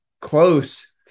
close